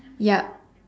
yup